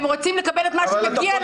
הם רוצים לקבל את מה שמגיע להם מאגף השיקום.